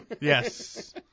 Yes